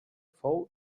fou